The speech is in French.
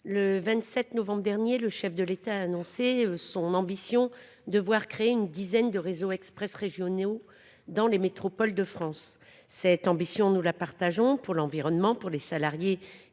le 27 novembre dernier, le chef de l'État a annoncé son ambition de voir créer une dizaine de réseaux express régionaux (RER) dans les métropoles de France. Cette ambition, nous la partageons, car elle est bénéfique à l'environnement comme aux salariés